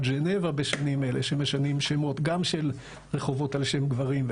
ז'נבה בימים אלה שמשנים שמות גם של רחובות על שם גברים,